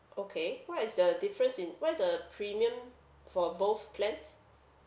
okay what is the difference in what is the premium for both plans